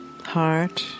heart